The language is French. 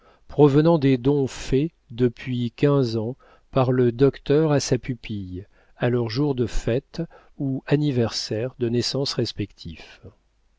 provenant des dons faits depuis quinze ans par le docteur à sa pupille à leurs jours de fête ou anniversaires de naissance respectifs